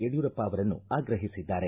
ಯಡಿಯೂರಪ್ಪ ಅವರನ್ನು ಆಗ್ರಹಿಸಿದ್ದಾರೆ